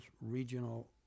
Regional